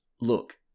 look